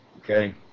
okay